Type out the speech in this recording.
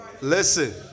listen